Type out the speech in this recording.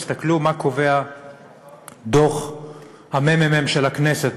תסתכלו מה קובע דוח הממ"מ של הכנסת,